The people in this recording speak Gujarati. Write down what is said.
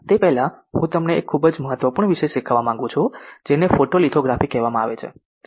તે પહેલાં હું તમને એક ખૂબ જ મહત્વપૂર્ણ વિષય શીખવવા માંગુ છું જેને ફોટોલિથોગ્રાફી કહેવામાં આવે છે